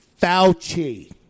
Fauci